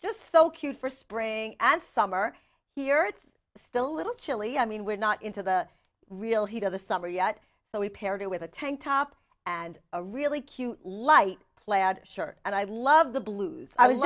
just so cute for spring and summer here it's still a little chilly i mean we're not into the real heat of the summer yet so we paired with a tank top and a really cute light plaid shirt and i love the blues i w